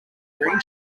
green